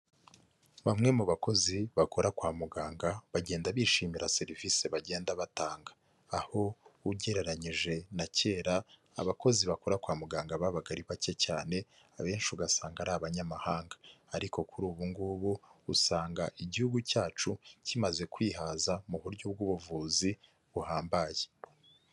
Bamwe mu bakozi bakora kwa muganga bagenda bishimira serivise bagenda batanga, aho ugereranyije na kera abakozi bakora kwa muganga babaga ari bake cyane abenshi ugasanga ari abanyamahanga ariko kuri ubu ngubu usanga igihugu cyacu kimaze kwihaza mu buryo bw'ubuvuzi buhambaye.